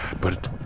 but-